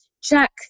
Check